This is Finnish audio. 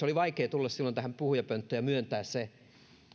oli vaikeaa tulla silloin tähän puhujapönttöön ja myöntää se